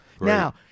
Now